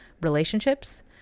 relationships